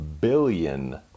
billion